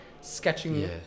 sketching